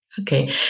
Okay